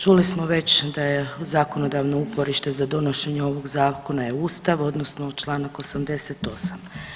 Čuli smo već da je zakonodavno uporište za donošenje ovog zakona je Ustav odnosno čl. 88.